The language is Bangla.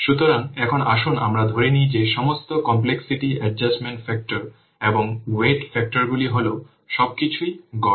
সুতরাং এখন আসুন আমরা ধরে নিই যে সমস্ত কমপ্লেক্সিটি অ্যাডজাস্টমেন্ট ফ্যাক্টর এবং ওয়েট ফ্যাক্টরগুলি হল সবকিছুই গড়